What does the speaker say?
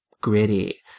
gritty